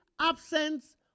absence